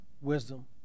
wisdom